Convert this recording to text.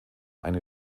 eine